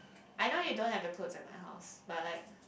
I know you don't have the clothes at my house but like